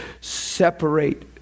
separate